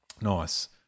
Nice